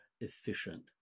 efficient